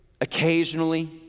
occasionally